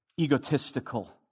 egotistical